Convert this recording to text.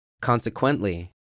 Consequently